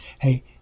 Hey